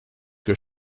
que